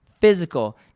Physical